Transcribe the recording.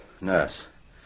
nurse